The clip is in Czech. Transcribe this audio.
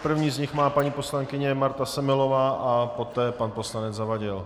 První z nich má paní poslankyně Marta Semelová a poté pan poslanec Zavadil.